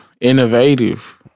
Innovative